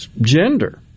gender